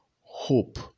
Hope